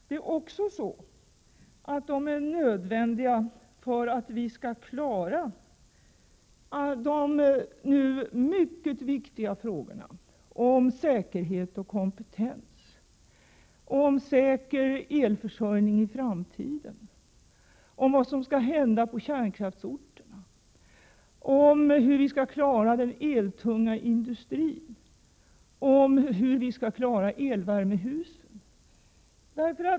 Det är också nödvändigt för att vi skall kunna klara de nu mycket viktiga frågorna om säkerhet och kompetens, säker elförsörjning i framtiden, vad som skall hända på kärnkraftsorterna, hur vi skall klara den eltunga industrin och hur vi skall kunna klara elvärmehusen.